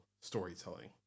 storytelling